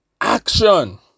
action